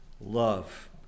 love